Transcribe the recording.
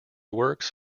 works